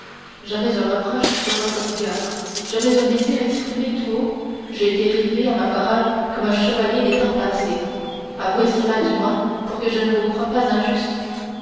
jamais un reproche sur votre rigueur jamais un désir exprimé tout haut j'ai été rivé à ma parole comme un chevalier des temps passés avouez cela du moins pour que je ne vous croie pas injuste